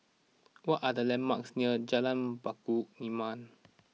what are the landmarks near Jalan Batu Nilam